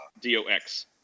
D-O-X